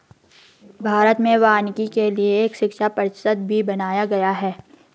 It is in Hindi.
भारत में वानिकी के लिए एक शिक्षा परिषद भी बनाया गया है